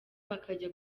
bakajya